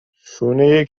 شونه